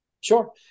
Sure